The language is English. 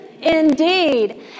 indeed